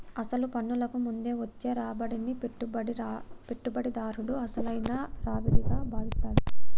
అసలు పన్నులకు ముందు వచ్చే రాబడిని పెట్టుబడిదారుడు అసలైన రావిడిగా భావిస్తాడు